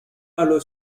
allo